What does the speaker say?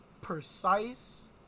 precise